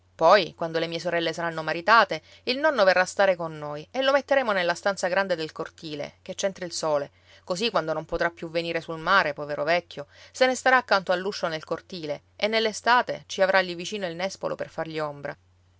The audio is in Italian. poi quando le mie sorelle saranno maritate il nonno verrà a stare con noi e lo metteremo nella stanza grande del cortile che c'entra il sole così quando non potrà più venire sul mare povero vecchio se ne starà accanto all'uscio nel cortile e nell'estate ci avrà lì vicino il nespolo per fargli ombra